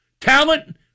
Talent